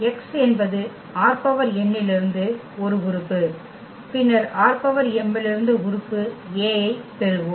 x என்பது ℝn இலிருந்து ஒரு உறுப்பு பின்னர் ℝm இலிருந்து உறுப்பு a ஐப் பெறுவோம்